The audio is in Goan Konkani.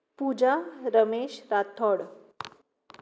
पुजा रमेश रातोढ